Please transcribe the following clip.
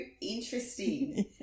interesting